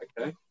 okay